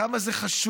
כמה זה חשוב.